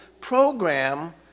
program